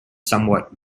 somewhat